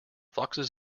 foxes